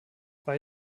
bei